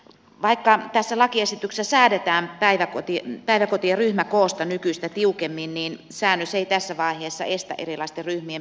vaikka tässä lakiesityksessä säädetään päiväkotien ryhmäkoosta nykyistä tiukemmin säännös ei tässä vaiheessa estä erilaisten ryhmien perustamista